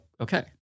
okay